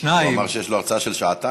הוא אמר שיש לו הרצאה של שעתיים.